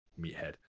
meathead